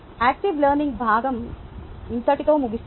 active learning భాగం ఇంతటితో ముగిస్తునాను